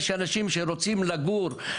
יש אנשים שרוצים לגור,